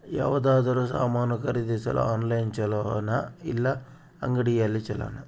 ಯಾವುದಾದರೂ ಸಾಮಾನು ಖರೇದಿಸಲು ಆನ್ಲೈನ್ ಛೊಲೊನಾ ಇಲ್ಲ ಅಂಗಡಿಯಲ್ಲಿ ಛೊಲೊನಾ?